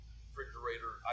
refrigerator